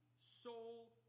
Soul